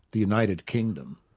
the united kingdom,